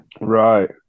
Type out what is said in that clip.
Right